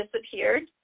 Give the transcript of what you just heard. disappeared